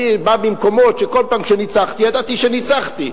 אני בא ממקומות שכל פעם שניצחתי, ידעתי שניצחתי.